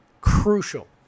Crucial